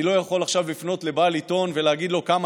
אני לא יכול עכשיו לפנות לבעל לעיתון ולהגיד לו: כמה